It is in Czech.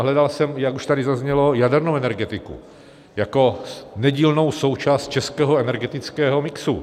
Hledal jsem, jak už tady zaznělo, i jadernou energetiku jako nedílnou součást českého energetického mixu.